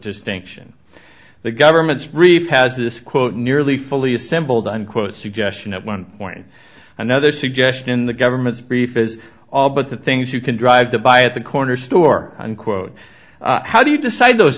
distinction the government's reef has this quote nearly fully assembled unquote suggestion at one point another suggestion in the government's brief is all but the things you can drive to buy at the corner store and quote how do you decide those